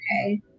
okay